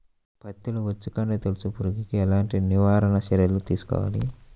పత్తిలో వచ్చుకాండం తొలుచు పురుగుకి ఎలాంటి నివారణ చర్యలు తీసుకోవాలి?